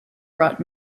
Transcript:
brought